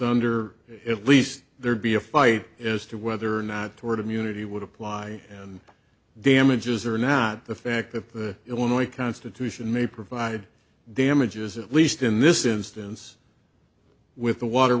under if least there would be a fight as to whether or not toward immunity would apply and damages are not the fact that the illinois constitution may provide damages at least in this instance with the water